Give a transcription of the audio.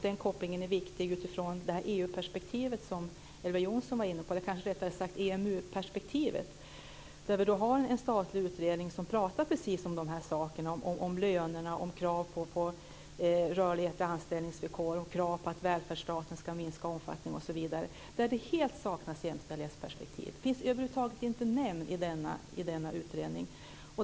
Den kopplingen är viktig också utifrån det EMU-perspektiv som Elver Jonsson var inne på. Det finns en statlig utredning om lönerna, om krav på rörlighet i anställningsvillkor, om krav på att välfärdsstaten ska minska i omfattning osv., där jämställdhetsperspektiv helt saknas. Jämställdheten finns över huvud taget inte nämnd i denna utredning.